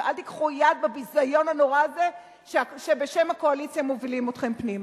ואל תיתנו יד לביזיון הנורא הזה שבשם הקואליציה מובילים אתכם פנימה.